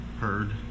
heard